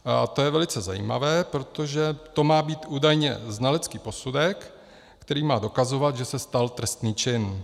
To je velice zajímavé, protože to má být údajně znalecký posudek, který má dokazovat, že se stal trestný čin.